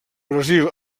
brasil